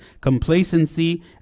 complacency